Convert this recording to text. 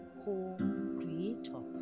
co-creator